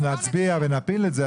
אנחנו נצביע ונפיל את זה,